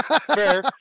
Fair